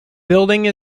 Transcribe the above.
building